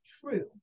true